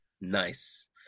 Nice